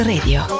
Radio